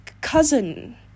cousin